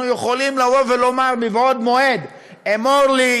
אנחנו יכולים לבוא מבעוד מועד: אמור לי,